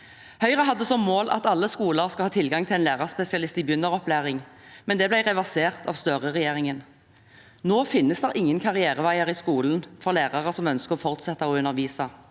Høyre hadde som mål at alle skoler skal ha tilgang på en lærerspesialist i begynneropplæring, men det ble reversert av Støre-regjeringen. Nå finnes det ingen karriereveier i skolen for lærere som ønsker å fortsette å undervise.